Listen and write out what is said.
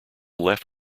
left